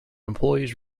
employees